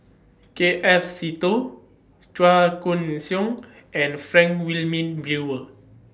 K F Seetoh Chua Koon Siong and Frank Wilmin Brewer